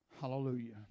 Hallelujah